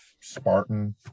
Spartan